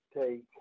take